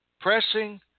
pressing